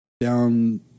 down